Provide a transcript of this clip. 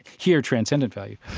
here transcendent value,